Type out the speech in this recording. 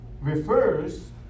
refers